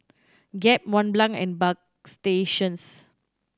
Gap Mont Blanc and Bagstationz